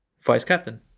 vice-captain